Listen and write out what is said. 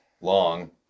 Long